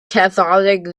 catholic